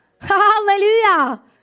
Hallelujah